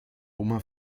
oma